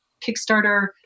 Kickstarter